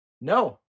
No